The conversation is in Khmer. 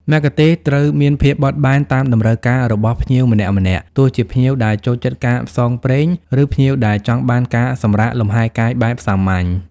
មគ្គុទ្ទេសក៍ត្រូវមានភាពបត់បែនតាមតម្រូវការរបស់ភ្ញៀវម្នាក់ៗ ទោះជាភ្ញៀវដែលចូលចិត្តការផ្សងព្រេង ឬភ្ញៀវដែលចង់បានការសម្រាកលម្ហែកាយបែបសាមញ្ញ។